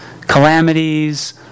calamities